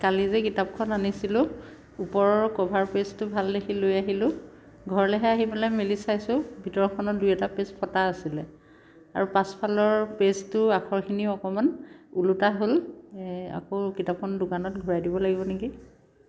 কালি যে কিতাপখন আনিছিলো ওপৰৰ ক'ভাৰ পেজটো ভাল দেখি লৈ আহিলো ঘৰলেহে আহি পেলাই মেলি চাইছোঁ ভিতৰখনত দুই এটা পেজ ফটা আছিলে আৰু পাছফালৰ পেজটোৰ আখৰখিনি অকণমান ওলোটা হ'ল আকৌ কিতাপখন দোকানত ঘূৰাই দিব লাগিব নেকি